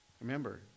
Remember